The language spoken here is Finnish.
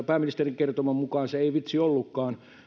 pääministerin kertoman mukaan se ei vitsi ollutkaan